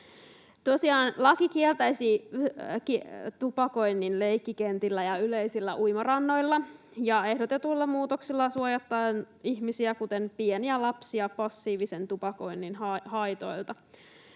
laki kieltäisi tupakoinnin leikkikentillä ja yleisillä uimarannoilla. Ehdotetulla muutoksella suojataan ihmisiä, kuten pieniä lapsia, passiivisen tupakoinnin haitoilta.